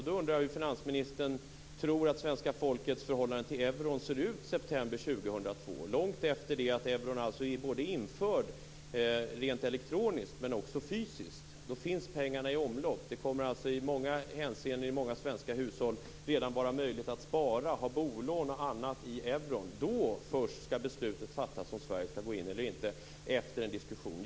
Då undrar jag hur finansministern tror att svenska folkets förhållande till euron ser ut september 2002, långt efter det att euron är införd både elektroniskt och också fysiskt. Då finns pengarna i omlopp. Det kommer alltså att i många hänseenden för svenska hushåll redan vara möjligt att spara, ha bolån och annat i euron. Då först skall beslutet fattas om Sverige skall gå in eller inte efter en diskussion.